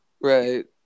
Right